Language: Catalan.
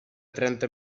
trenta